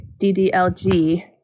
DDLG